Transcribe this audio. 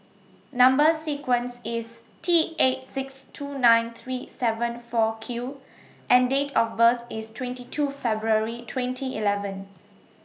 Number sequence IS T eight six two nine three seven four Q and Date of birth IS twenty two February twenty eleven